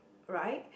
right